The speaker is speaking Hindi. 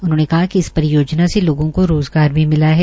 उन्होंने कहा कि इस परियोजना से लोगों को रोज़गार भी मिला है